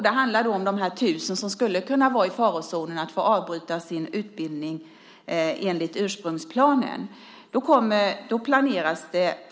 Det handlar om de här 1 000 personerna som skulle kunna vara i farozonen att få avbryta sin utbildning enligt ursprungsplanen.